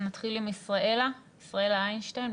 נתחיל עם ישראלה אינשטיין.